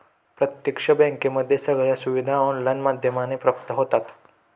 प्रत्यक्ष बँकेमध्ये सगळ्या सुविधा ऑनलाईन माध्यमाने प्राप्त होतात